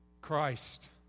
Christ